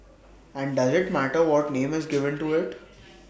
and does IT matter what name is given to IT